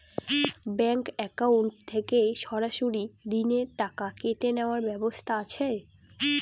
Bank account থেকে সরাসরি ঋণের টাকা কেটে নেওয়ার ব্যবস্থা আছে?